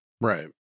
right